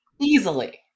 Easily